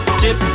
chip